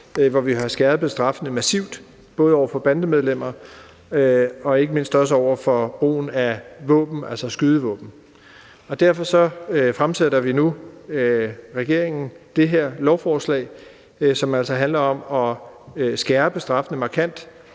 hvor vi jo har skærpet straffene massivt, både over for bandemedlemmer og ikke mindst over for brugen af skydevåben. Derfor har regeringen nu fremsat det her lovforslag, som altså handler om at skærpe straffene markant